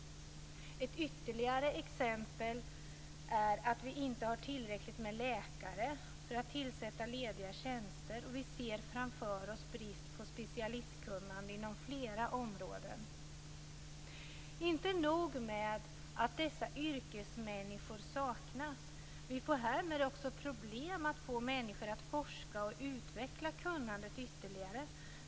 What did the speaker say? Ett ytterligare exempel är att vi inte har tillräckligt med läkare för att tillsätta lediga tjänster. Vi ser framför oss en brist på specialistkunnande inom flera områden. Inte nog med att dessa yrkesmänniskor saknas, vi får härmed också problem med att få människor att forska och utveckla kunnandet ytterligare.